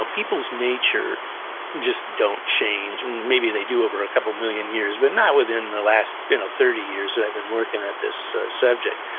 ah people's nature just don't change. and maybe they do over a couple million years, but not within the last ah thirty years that i've been working at this subject.